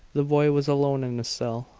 the boy was alone in his cell,